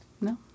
No